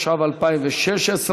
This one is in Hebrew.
התשע"ו 2016,